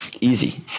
Easy